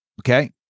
Okay